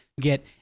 get